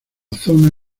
zona